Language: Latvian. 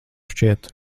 šķiet